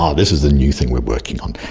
ah this is the new thing we're working on.